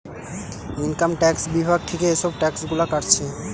income tax বিভাগ থিকে এসব ট্যাক্স গুলা কাটছে